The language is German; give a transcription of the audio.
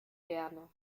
gerne